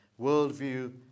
worldview